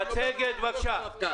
אני אשמח.